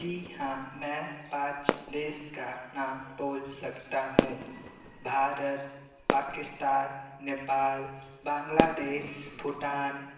जी हाँ मैं पाँच देश का नाम बोल सकता हूँ भारत पाकिस्तान नेपाल बांग्लादेश भूटान